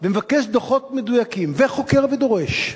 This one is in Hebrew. ומבקש דוחות מדויקים וחוקר ודורש,